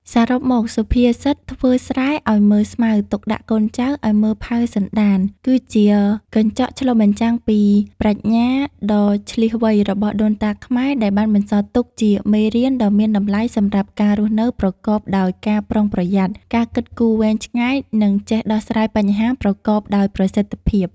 សរុបមក សុភាសិត ធ្វើស្រែឲ្យមើលស្មៅ ទុកដាក់កូនចៅឲ្យមើលផៅសន្តាន គឺជាកញ្ចក់ឆ្លុះបញ្ចាំងពីប្រាជ្ញាដ៏ឈ្លាសវៃរបស់ដូនតាខ្មែរ ដែលបានបន្សល់ទុកជាមេរៀនដ៏មានតម្លៃសម្រាប់ការរស់នៅប្រកបដោយការប្រុងប្រយ័ត្ន ការគិតគូរវែងឆ្ងាយ និងចេះដោះស្រាយបញ្ហាប្រកបដោយប្រសិទ្ធភាព។